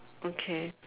okay